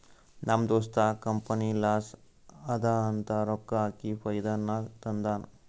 ನಮ್ ದೋಸ್ತ company loss ಅದಾ ಅಂತ ರೊಕ್ಕಾ ಹಾಕಿ ಫೈದಾ ನಾಗ್ ತಂದಾನ್